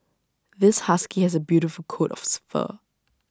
this husky has A beautiful coat of fur